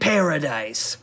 Paradise